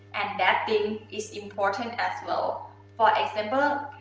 and that thing is important as well. for example,